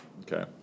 Okay